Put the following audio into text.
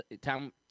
time